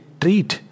treat